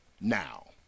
Now